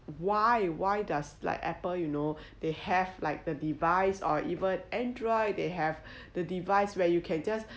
why why does like Apple you know they have like the device or even Android they have the device where you can just